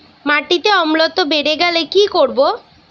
মাটিতে অম্লত্ব বেড়েগেলে কি করব?